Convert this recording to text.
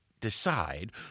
Decide